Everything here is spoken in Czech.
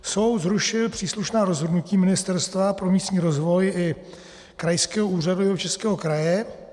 Soud zrušil příslušná rozhodnutí Ministerstva pro místní rozvoj i Krajského úřadu Jihočeského kraje.